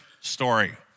story